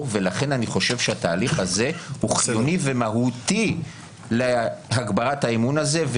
ולכן אני חושב שהתהליך הזה הוא חיוני ומהותי להגברת האמון הזה.